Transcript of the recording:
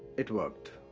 it worked.